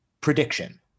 prediction